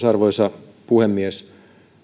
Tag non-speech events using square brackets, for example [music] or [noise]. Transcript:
[unintelligible] arvoisa puhemies